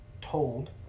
told